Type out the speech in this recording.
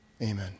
amen